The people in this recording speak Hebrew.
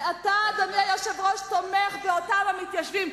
ואתה, אדוני היושב-ראש, תומך באותם מתיישבים.